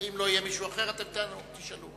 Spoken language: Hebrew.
ואם לא יהיה מישהו אחר, אתם תשאלו.